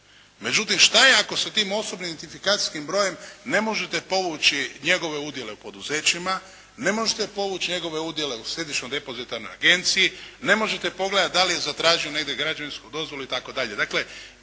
Međutim šta ako sa tim identifikacijskim brojem ne možete povući njegove udjele u poduzećima, ne možete povući njegove udjele u Središnjoj depozitarnoj agenciji, ne možete pogledati da li je zatražio negdje građevinsku dozvolu itd.